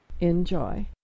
enjoy